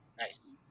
nice